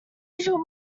usual